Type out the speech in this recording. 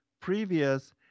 previous